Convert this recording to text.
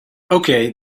okay